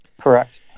Correct